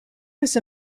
was